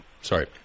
Sorry